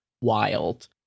wild